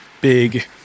Big